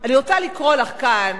אני רוצה לקרוא לך כאן